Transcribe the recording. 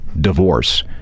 divorce